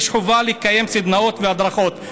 יש חובה לקיים סדנאות והדרכות.